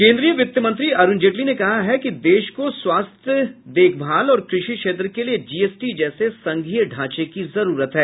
केन्द्रीय वित्तमंत्री अरूण जेटली ने कहा है कि देश को स्वास्थ्य देखभाल और कृषि क्षेत्र के लिए जी एस टी जैसे संघीय ढांचे की जरूरत है